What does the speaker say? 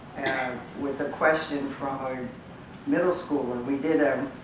and with a question from um middle-schooler, we did a